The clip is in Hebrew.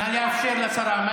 נא לאפשר לשרה.